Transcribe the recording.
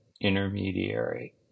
intermediary